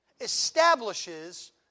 establishes